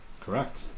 Correct